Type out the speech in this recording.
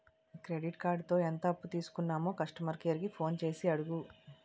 credit కార్డుతో ఎంత అప్పు తీసుకున్నామో కస్టమర్ కేర్ కి ఫోన్ చేసి అడుగు